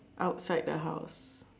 outside the house